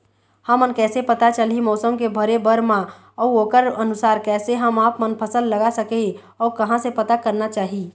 हमन कैसे पता चलही मौसम के भरे बर मा अउ ओकर अनुसार कैसे हम आपमन फसल लगा सकही अउ कहां से पता करना चाही?